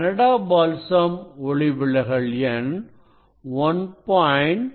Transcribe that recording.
Canada balsam ஒளிவிலகல் எண் 1